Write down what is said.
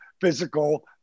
physical